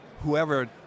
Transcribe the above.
whoever